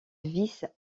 vice